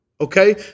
Okay